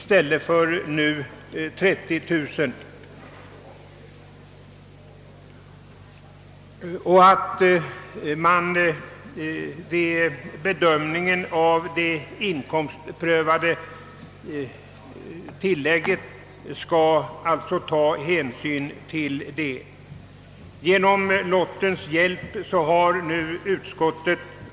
Med lottens hjälp har den borgerliga hälften av utskottet kommit att utgöra majoritet, och denna majoritet tillstyrker motionen.